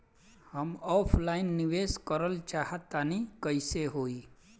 हम ऑफलाइन निवेस करलऽ चाह तनि कइसे होई?